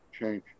change